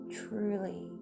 truly